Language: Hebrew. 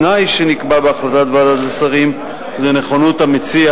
התנאי שנקבע בהחלטת ועדת השרים זה נכונות המציע